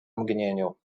mgnieniu